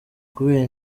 kubera